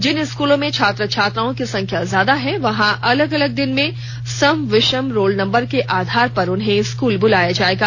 जिन स्कूलों में छात्र छात्राओं की संख्या ज्यादा है वहां अलग अलग दिन में सम विषम रोल नंबर के आधार पर उन्हें स्कूल बुलाया जायेगा